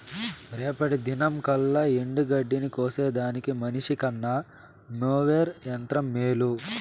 రేపటి దినంకల్లా ఎండగడ్డిని కోసేదానికి మనిసికన్న మోవెర్ యంత్రం మేలు